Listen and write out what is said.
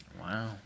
wow